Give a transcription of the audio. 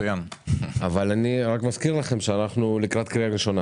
אבל אני מזכיר לכם שאנחנו לקראת הקריאה הראשונה